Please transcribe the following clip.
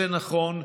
זה נכון.